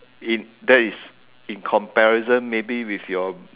in that is in comparison maybe with your